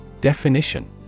Definition